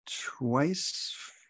twice